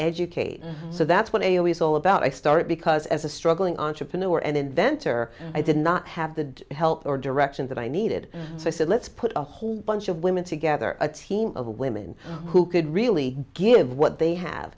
educate and so that's what i always all about i start because as a struggling entrepreneur and inventor i did not have the help or direction that i needed so i said let's put a whole bunch of women together a team of women who could really give what they have